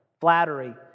flattery